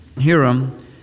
Hiram